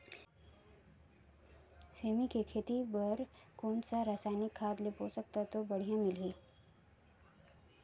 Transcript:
सेमी के खेती बार कोन सा रसायनिक खाद ले पोषक तत्व बढ़िया मिलही?